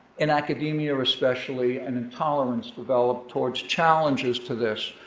in academia especially, an intolerance developed towards challenges to this.